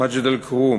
מג'ד-אלכרום,